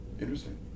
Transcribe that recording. Interesting